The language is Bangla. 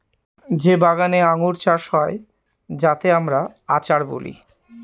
যে বাগানে আঙ্গুর চাষ হয় যাতে আমরা আচার বলি